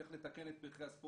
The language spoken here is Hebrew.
איך לתקן את פרחי הספורט,